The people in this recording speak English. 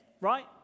right